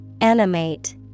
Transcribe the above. animate